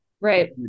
Right